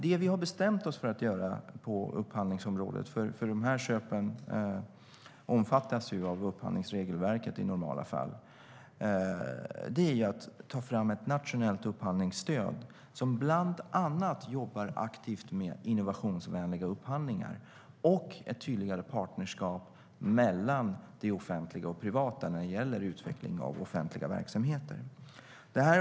Det vi har bestämt oss för att göra på upphandlingsområdet - de här köpen omfattas ju av upphandlingsregelverket i normala fall - är att ta fram ett nationellt upphandlingsstöd som bland annat jobbar aktivt med innovationsvänliga upphandlingar och ett tydligare partnerskap mellan det offentliga och privata när det gäller utvecklingen av offentliga verksamheter.